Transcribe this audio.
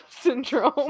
syndrome